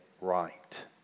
right